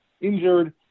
injured